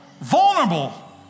vulnerable